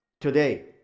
today